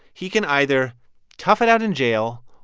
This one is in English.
he can either tough it out in jail,